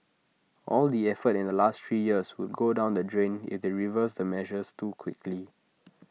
all the effort in the last three years would go down the drain if they reverse the measures too quickly